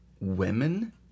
women